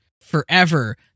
forever